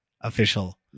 Official